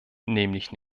nämlich